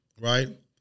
right